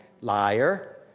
liar